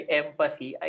empathy